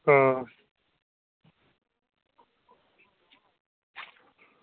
हां